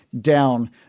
down